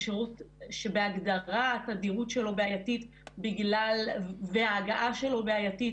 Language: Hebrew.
הוא שירות שבהגדרה התדירות שלו בעייתית וההגעה שלו בעייתית,